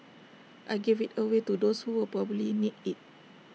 I gave IT away to those who will probably need IT